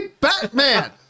Batman